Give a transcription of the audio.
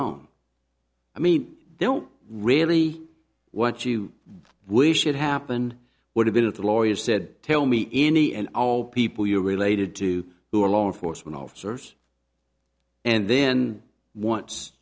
on i mean i don't really what you wish it happened would have it the lawyer said tell me any and all people you related to who are law enforcement officers and then once